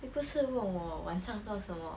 你不是问我晚上做什么